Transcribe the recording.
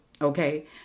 okay